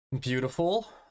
Beautiful